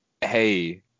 hey